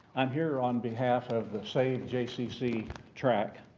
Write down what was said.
i'm here on behalf of the save jccc track